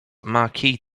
marquis